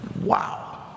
Wow